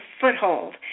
foothold